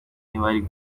ntibari